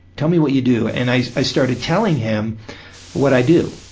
tell me what you do, and i i started telling him what i do,